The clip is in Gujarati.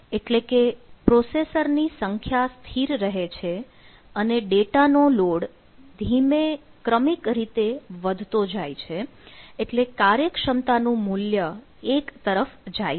એટલે કે પ્રોસેસર ની સંખ્યા સ્થિર રહે છે અને ડેટા નો લોડ ધીમે ક્રમિક રીતે વધતો જાય છે એટલે કાર્યક્ષમતા નું મૂલ્ય 1 તરફ જાય છે